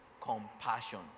compassion